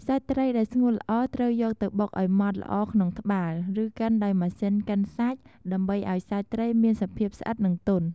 សាច់ត្រីដែលស្ងួតល្អត្រូវយកទៅបុកឱ្យម៉ត់ល្អក្នុងត្បាល់ ឬកិនដោយម៉ាស៊ីនកិនសាច់ ដើម្បីឱ្យសាច់ត្រីមានសភាពស្អិត និងទន់។